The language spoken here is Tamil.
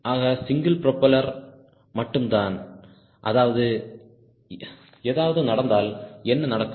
ஆக சிங்கிள் ப்ரொப்பல்லர் மட்டும்தான் ஏதாவது நடந்தால் என்ன நடக்கும்